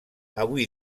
avui